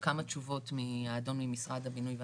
כמה תשובות מהאדון ממשרד הבינוי והשיכון.